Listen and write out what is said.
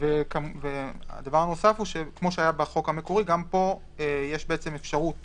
כמו שהיה בחוק המקורי גם פה יש אפשרות